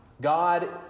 God